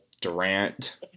Durant